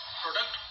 product